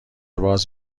باز